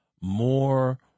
more